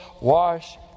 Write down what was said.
wash